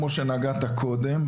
כמו שנגעת קודם,